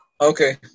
Okay